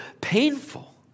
painful